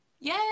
Yay